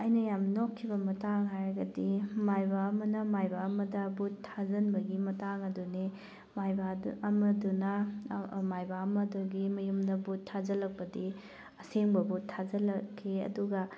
ꯑꯩꯅ ꯌꯥꯝ ꯅꯣꯛꯈꯤꯕ ꯃꯇꯥꯡ ꯍꯥꯏꯔꯒꯗꯤ ꯃꯥꯏꯕ ꯑꯃꯅ ꯃꯥꯏꯕ ꯑꯃꯗ ꯚꯨꯠ ꯊꯥꯖꯤꯟꯕꯒꯤ ꯃꯇꯥꯡ ꯑꯗꯨꯅꯤ ꯃꯥꯏꯕ ꯑꯃꯗꯨꯅ ꯃꯥꯏꯕ ꯑꯃꯗꯨꯒꯤ ꯃꯌꯨꯝꯗ ꯚꯨꯠ ꯊꯥꯖꯤꯜꯂꯛꯄꯗꯤ ꯑꯁꯦꯡꯕ ꯕꯨꯠ ꯊꯥꯖꯤꯜꯂꯛꯈꯤ ꯑꯗꯨꯒ